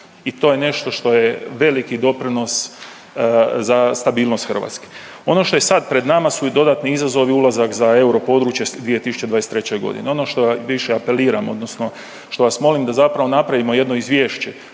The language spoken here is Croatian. i to je nešto što je veliki doprinos za stabilnost Hrvatske. Ono što je sad pred nama su dodatni izazovi, ulazak za europodručje 2023. g. Ono što više apeliram odnosno što vas molim da zapravo napravimo jedno izvješće